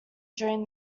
during